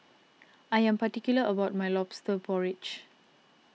I am particular about my Lobster Porridge